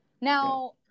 Now